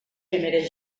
primeres